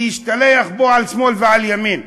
להשתלח בו על שמאל ועל ימין.